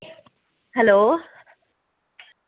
hello